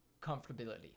comfortability